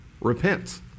repent